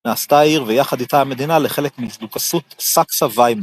נעשתה העיר ויחד איתה המדינה לחלק מדוכסות סאקסה-ויימאר.